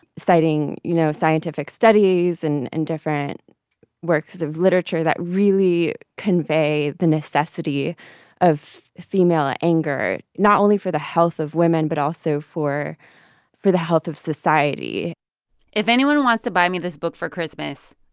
citing, you know, scientific studies and and different works of literature that really convey the necessity of female ah anger, not only for the health of women but also for for the health of society if anyone wants to buy me this book for christmas,